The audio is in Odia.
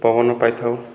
ପବନ ପାଇଥାଉ